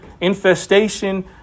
infestation